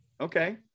Okay